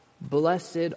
Blessed